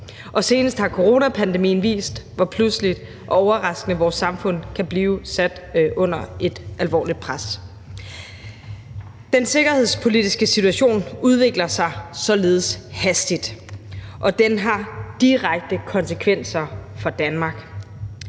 senest har coronapandemien vist, hvor pludseligt og overraskende vores samfund kan blive sat under et alvorligt pres. Den sikkerhedspolitiske situation udvikler sig således hastigt, og den har direkte konsekvenser for Danmark.